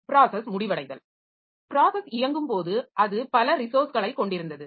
process முடிவடைதல் process இயங்கும் போது அது பல ரிசோர்ஸ்களைக் கொண்டிருந்தது